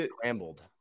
scrambled